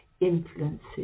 influences